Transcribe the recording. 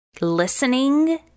listening